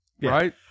right